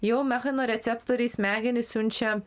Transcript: jau mechanoreceptoriai į smegenis siunčia